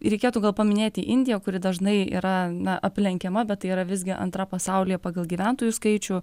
reikėtų gal paminėti indiją kuri dažnai yra na aplenkiama bet tai yra visgi antra pasaulyje pagal gyventojų skaičių